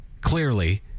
clearly